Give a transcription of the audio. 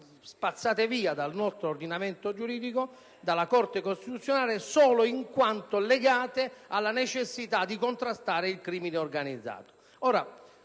spazzate via dal nostro ordinamento giuridico dalla Corte costituzionale è per la necessità di contrastare il crimine organizzato.